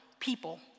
people